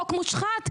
החוק מושחת.